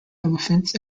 elephants